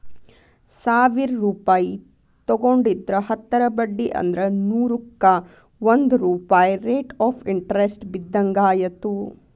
ಸಾವಿರ್ ರೂಪಾಯಿ ತೊಗೊಂಡಿದ್ರ ಹತ್ತರ ಬಡ್ಡಿ ಅಂದ್ರ ನೂರುಕ್ಕಾ ಒಂದ್ ರೂಪಾಯ್ ರೇಟ್ ಆಫ್ ಇಂಟರೆಸ್ಟ್ ಬಿದ್ದಂಗಾಯತು